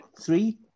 three